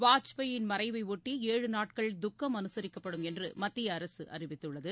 வாஜ்பாயின் மறைவை ஒட்டி ஏழு நாட்கள் துக்கம் அனுசரிக்கப்படும் என்று மத்திய அரசு அறிவித்துள்ளது